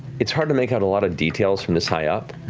it's hard to make out a lot of details from this high up